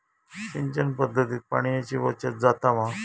सिंचन पध्दतीत पाणयाची बचत जाता मा?